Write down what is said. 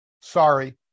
Sorry